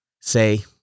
say